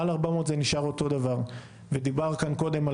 מעל 400 זה נשאר אותו דבר ודובר כאן קודם על